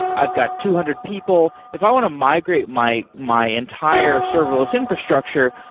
i've got two hundred people. if i want to migrate my my entire serverless infrastructure,